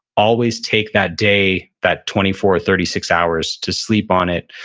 always take that day, that twenty four, thirty six hours to sleep on it,